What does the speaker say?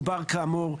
כאמור,